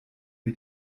que